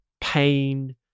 pain